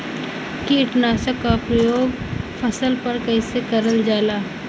कीटनाशक क प्रयोग फसल पर कइसे करल जाला?